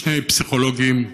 שני פסיכולוגים,